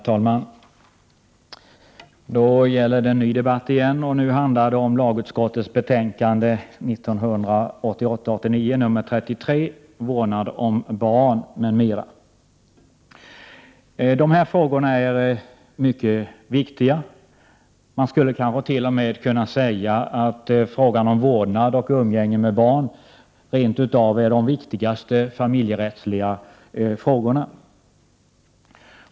Herr talman! Då gäller det en ny debatt igen. Det handlar om lagutskottets betänkande 1988/89:33, vårdnad om barn m.m. De här frågorna är mycket viktiga. Man skulle kanske t.o.m. kunna säga att frågan om vårdnad och umgänge med barn rent av är den viktigaste familjerättsliga frågan.